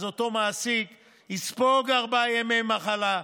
אז אותו מעסיק יספוג ארבעה ימי מחלה.